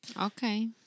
Okay